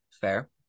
Fair